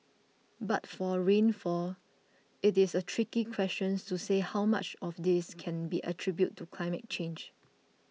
but for rainfall it is a tricky questions to say how much of this can be attributed to climate change